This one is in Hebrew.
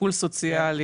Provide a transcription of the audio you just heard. טיפול סוציאלי,